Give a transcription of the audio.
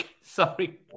sorry